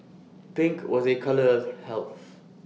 pink was A colour health